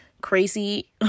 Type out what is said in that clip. crazy